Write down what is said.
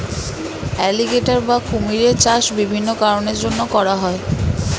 alligator বা কুমিরের চাষ বিভিন্ন কারণের জন্যে করা হয়